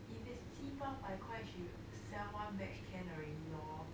if it's 七八百块 she sell one batch can already lor